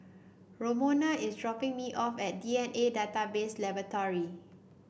Romona is dropping me off at D N A Database Laboratory